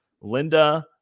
linda